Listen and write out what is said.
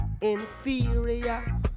inferior